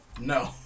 No